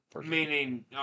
meaning